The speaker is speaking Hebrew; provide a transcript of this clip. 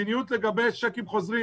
מדיניות לגבי צ'קים חוזרים.